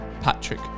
Patrick